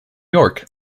york